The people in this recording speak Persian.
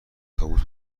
طاووس